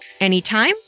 anytime